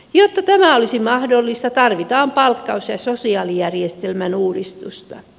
jotta tämä olisi mahdollista tarvitaan palkkaus ja sosiaalijärjestelmän uudistusta